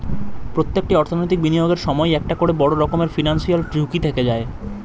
প্রত্যেকটি অর্থনৈতিক বিনিয়োগের সময়ই একটা করে বড় রকমের ফিনান্সিয়াল ঝুঁকি থেকে যায়